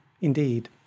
Indeed